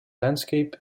landscape